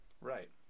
Right